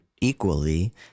equally